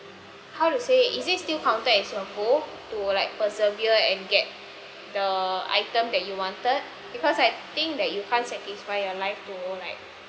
how to say is it still counted as a whole to like persevere and get the item that you wanted because I think that you can't satisfy your life to like